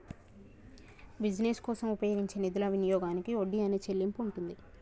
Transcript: business కోసం ఉపయోగించే నిధుల వినియోగానికి వడ్డీ అనే చెల్లింపు ఉంటుంది